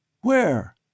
Where